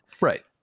Right